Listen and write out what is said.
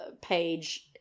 page